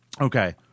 Okay